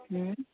હમ